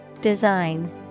Design